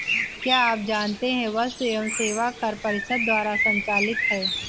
क्या आप जानते है वस्तु एवं सेवा कर परिषद द्वारा संचालित है?